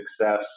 success